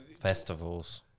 Festivals